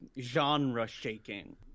genre-shaking